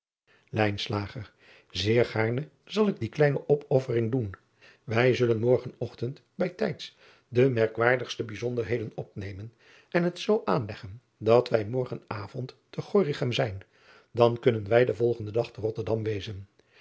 eer gaarne zal ik die kleine opoffering doen wij zullen morgen ochtend bij tijds de merkwaardigste bijzonderheden opnemen en het zoo aanleggen dat wij morgen avond te ornichem zijn dan kunnen wij den volgenden dag te otterdam wezen